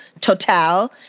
Total